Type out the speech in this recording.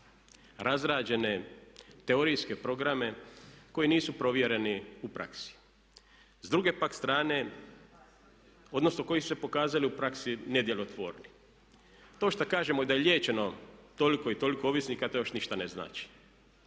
razrađene teorijske programe koji nisu provjereni u praksi. S druge pak strane, odnosno koji su se pokazali u praksi nedjelotvorni. To što kažemo da je liječeno toliko i toliko ovisnika, to još ništa ne znači.